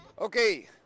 Okay